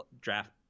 draft